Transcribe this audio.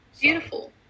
Beautiful